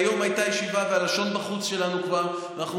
היום הייתה ישיבה, והלשון שלנו כבר בחוץ.